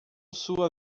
sua